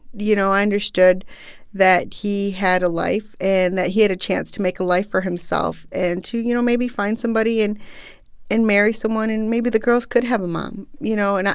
you know, i understood that he had a life and that he had a chance to make a life for himself and to, you know, maybe find somebody and and marry someone. and maybe the girls could have a mom, you know?